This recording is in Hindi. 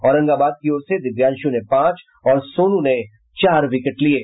औरंगाबाद की ओर से दिव्यांशु ने पांच और सोनू ने चार विकेट लिये